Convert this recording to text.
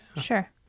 Sure